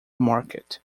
market